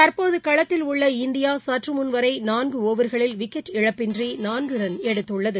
தற்போது களத்தில் உள்ள இந்தியா சற்று முன் வரை நான்கு ஓவர்களில் விக்கெட் இழப்பின்றி நான்கு ரன் எடுத்துள்ளது